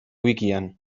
wikian